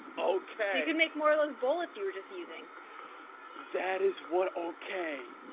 okay, they make more little bullets you were just using that is what okay?